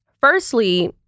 firstly